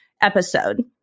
episode